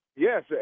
Yes